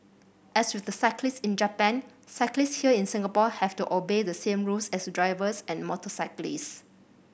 as with the cyclists in Japan cyclists here in Singapore have to obey the same rules as drivers and motorcyclists